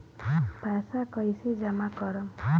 पैसा कईसे जामा करम?